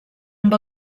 amb